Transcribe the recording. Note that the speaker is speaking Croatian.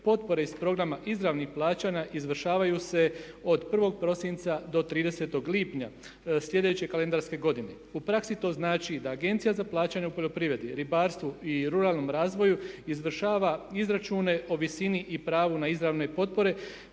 potpore iz programa izravnih plaćanja izvršavaju se od 1.prosinca do 30.lipnja sljedeće kalendarske godine. U praksi to znači da Agencija za plaćanje u poljoprivredi, ribarstvu i ruralnom razvoju izvršava izračune o visini i pravu na izravne potpore